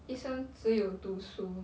一生只有读书